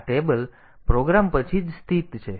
તેથી આ table program પછી જ સ્થિત છે